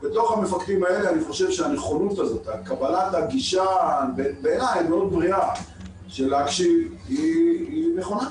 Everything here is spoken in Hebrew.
חושב שהנכונות הזאת והגישה הבריאה של להקשיב היא נכונה.